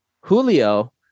Julio